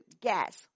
Gas